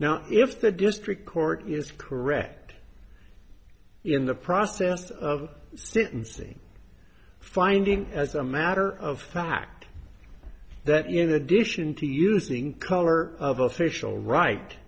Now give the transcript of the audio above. now if the district court is correct in the process of sentencing finding as a matter of fact that in addition to using color of official right